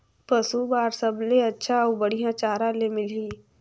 पशु बार सबले अच्छा अउ बढ़िया चारा ले मिलही?